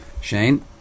Shane